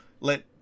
let